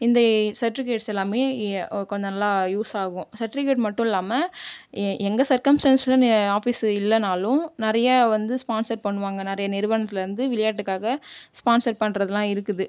இந்த சர்ட்டிஃபிக்கேட்ஸ் எல்லாமே எ கொஞ்சம் நல்லா யூஸ் ஆகும் சர்ட்டிஃபிக்கேட் மட்டும் இல்லாமல் எ எங்கள் சர்க்கம்ஸ்டான்ஸில் நே ஆஃபர்ஸ் இல்லைனாலும் நிறையா வந்து ஸ்பான்ஸர் பண்ணுவாங்கள் நிறையா நிறுவனத்தில் இருந்து விளையாட்டுக்காக ஸ்பான்ஸர் பண்ணுறதெல்லா இருக்குது